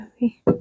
movie